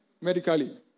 Medically